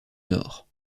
nord